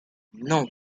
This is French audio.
non